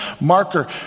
marker